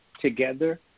together